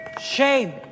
Shame